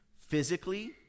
physically